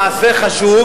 מעשה חשוב,